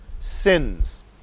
sins